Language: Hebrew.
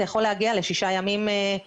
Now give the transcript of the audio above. זה יכול להגיע לשישה ימים.